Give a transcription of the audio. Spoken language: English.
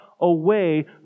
away